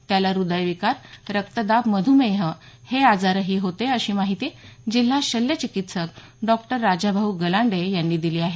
त्याला हृदयविकार रक्तदाब मध्मेह हे आजारही होते अशी माहिती जिल्हा शल्यचिकित्सक डॉक्टर राजाभाऊ गलांडे यांनी दिली आहे